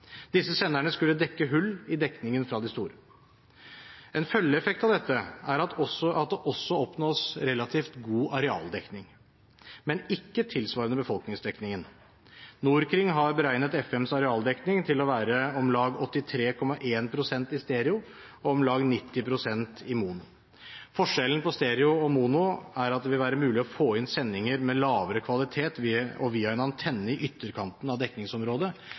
Disse senderne skulle dekke hull i dekningen fra de store. En følgeeffekt av dette er at det også oppnås relativt god arealdekning, men ikke tilsvarende befolkningsdekningen. Norkring har beregnet FMs arealdekning til å være om lag 83,1 pst. i stereo og om lag 90 pst. i mono. Forskjellen på stereo og mono er at det vil være mulig å få inn sendinger med lavere kvalitet og via en antenne i ytterkanten av dekningsområdet.